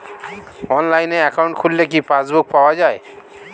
অনলাইনে একাউন্ট খুললে কি পাসবুক পাওয়া যায়?